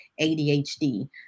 ADHD